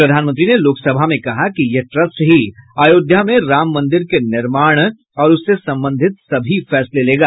प्रधानमंत्री ने लोकसभा में कहा कि यह ट्रस्ट ही अयोध्या में राम मंदिर के निर्माण और उससे संबंधित सभी फैसले लेगा